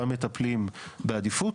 בה מטפלים בעדיפות